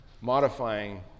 modifying